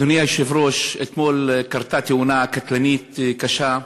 אדוני היושב-ראש, אתמול קרתה תאונה קטלנית, קשה.